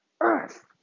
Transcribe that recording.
earth